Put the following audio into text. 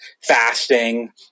fasting